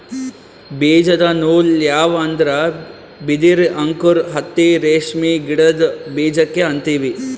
ಬೀಜದ ನೂಲ್ ಯಾವ್ ಅಂದ್ರ ಬಿದಿರ್ ಅಂಕುರ್ ಹತ್ತಿ ರೇಷ್ಮಿ ಗಿಡದ್ ಬೀಜಕ್ಕೆ ಅಂತೀವಿ